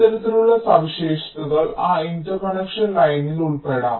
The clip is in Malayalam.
ഇത്തരത്തിലുള്ള സവിശേഷതകൾ ആ ഇന്റർകണക്ഷൻ ലൈനിൽ ഉൾപ്പെടാം